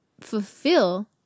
fulfill